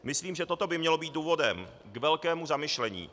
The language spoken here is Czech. Myslím, že toto by mělo být důvodem k velkému zamyšlení.